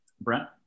Brent